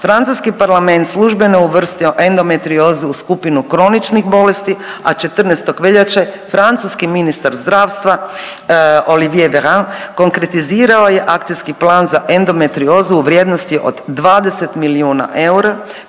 francuski Parlament službeno je uvrstio endometriozu u skupinu kroničnih bolesti, a 14. veljače francuski ministar zdravstva Olivier Veran konkretizirao je akcijski plan za endometriozu u vrijednosti od 20 milijuna eura,